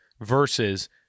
versus